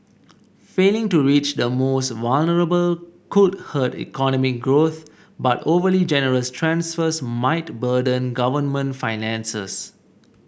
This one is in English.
failing to reach the most vulnerable could hurt economic growth but overly generous transfers might burden government finances